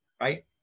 right